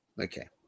Okay